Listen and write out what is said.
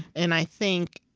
and i think,